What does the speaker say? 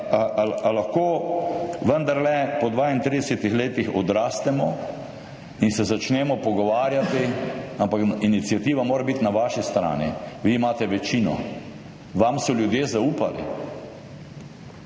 lahko vendarle po 32 letih odrastemo in se začnemo pogovarjati? Ampak iniciativa mora biti na vaši strani. Vi imate večino, vam so ljudje zaupali.